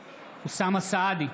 סעדי,